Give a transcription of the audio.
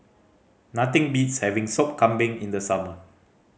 nothing beats having Sup Kambing in the summer